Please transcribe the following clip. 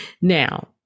Now